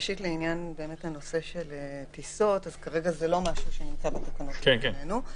לעניין טיסות כרגע זה לא נמצא בתקנות שלפנינו.